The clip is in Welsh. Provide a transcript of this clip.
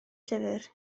llyfr